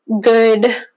good